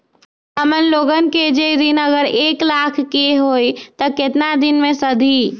हमन लोगन के जे ऋन अगर एक लाख के होई त केतना दिन मे सधी?